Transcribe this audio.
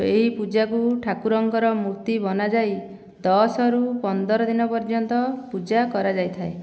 ଏହି ପୂଜାକୁ ଠାକୁରଙ୍କର ମୂର୍ତ୍ତି ବନାଯାଇ ଦଶରୁ ପନ୍ଦର ଦିନ ପର୍ଯ୍ୟନ୍ତ ପୂଜା କରାଯାଇଥାଏ